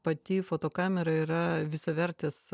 pati fotokamera yra visavertis